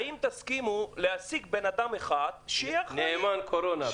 האם תסכימו להעסיק בן אדם אחד שיתפקד כנאמן קורונה?